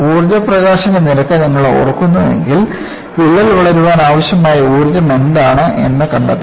ഊർജ്ജ പ്രകാശന നിരക്ക് നിങ്ങൾ ഓർക്കുന്നുവെങ്കിൽ വിള്ളൽ വളരാൻ ആവശ്യമായ ഊർജ്ജം എന്താണ് എന്ന് കണ്ടെത്തണം